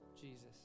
Jesus